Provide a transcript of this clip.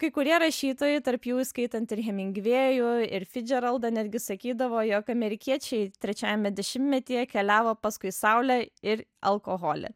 kai kurie rašytojai tarp jų įskaitant ir hemingvėjų ir fidžeraldą netgi sakydavo jog amerikiečiai trečiajame dešimtmetyje keliavo paskui saulę ir alkoholį